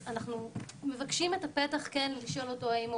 אנחנו מבקשים את הפתח כן לשאול אותו האם הוא